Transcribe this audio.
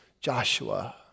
Joshua